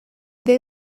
they